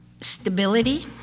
stability